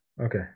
okay